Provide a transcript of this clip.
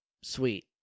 Sweet